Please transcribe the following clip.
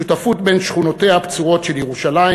שותפות בין שכונותיה הפצועות של ירושלים